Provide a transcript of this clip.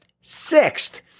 Sixth